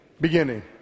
beginning